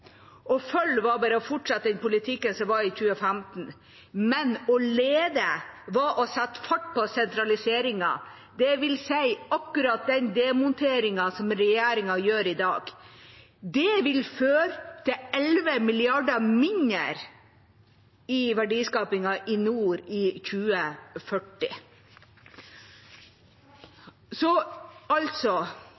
2040. FØLGE var bare å fortsette den politikken som var i 2016, men LEDE var å sette fart på sentraliseringen, dvs. akkurat den demonteringen som regjeringa gjør i dag. Det vil føre til 11 mrd. kr mindre i verdiskaping i nord i 2040.